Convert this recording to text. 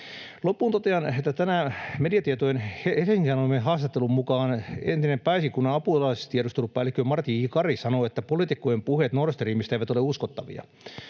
Loppuun totean, että tänään mediatietojen, Helsingin Sanomien haastattelun, mukaan entinen Pääesikunnan apulaistiedustelupäällikkö Martti J. Kari sanoi, että poliitikkojen puheet Nord Streamista eivät ole uskottavia.